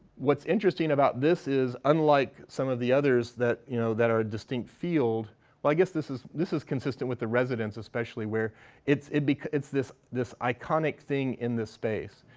what's interesting about this is, unlike some of the others that, you know, that are distinct field well, i guess this is this is consistent with the residence especially where it's it's this this iconic thing in the space.